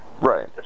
right